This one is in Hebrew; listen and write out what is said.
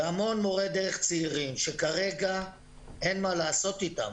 והמון מורי דרך צעירים, שכרגע אין מה לעשות אתם.